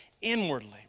inwardly